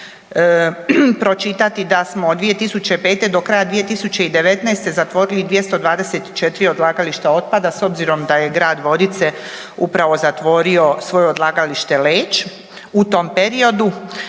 veseli me pročitati da smo od 2005. do kraja 2019. zatvorili 224 odlagališta otpada s obzirom da je grad Vodice upravo zatvorio svoje odlagalište Leć. U tom periodu